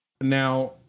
now